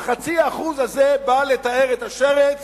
ה-0.5% הזה בא לטהר את השרץ